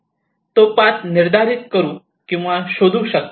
तो पाथ निर्धारित करू किंवा शोधू शकता